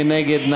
מי נגד?